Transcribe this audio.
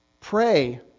pray